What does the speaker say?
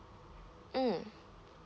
mm